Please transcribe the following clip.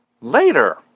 Later